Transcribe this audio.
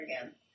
again